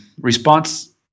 response